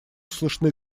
слышны